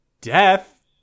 death